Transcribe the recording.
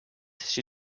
she